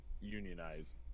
unionize